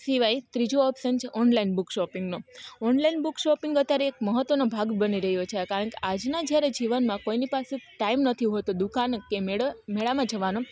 સિવાય ત્રીજું ઓપ્સન છે ઓનલાઈન બુક શોપિંગનો ઓનલાઈન બુક શોપિંગ અત્યારે એક મહત્વનો ભાગ બની રહ્યો છે કારણ કે આજના જ્યારે જીવનમાં કોઇની પાસે ટાઈમ નથી હોતો દુકાન કે મેળે મેળામાં જવાનો